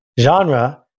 Genre